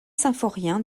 symphorien